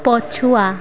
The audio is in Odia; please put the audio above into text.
ପଛୁଆ